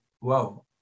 wow